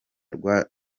rwa